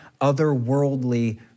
otherworldly